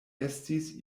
estis